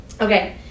okay